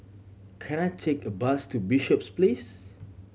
can I take a bus to Bishops Place